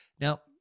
Now